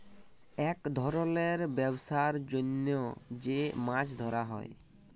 ইক ধরলের ব্যবসার জ্যনহ যে মাছ ধ্যরা হ্যয়